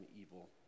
evil